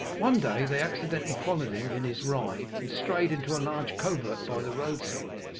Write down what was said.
one day they accidentally followed him in his ride, and strayed into a large covert by the roadside,